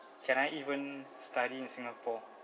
can I even study in singapore